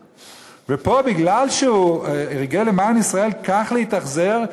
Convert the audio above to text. ופה, מפני שהוא ריגל למען ישראל, כך להתאכזר?